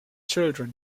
children